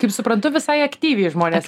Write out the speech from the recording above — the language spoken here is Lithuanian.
kaip suprantu visai aktyviai žmonės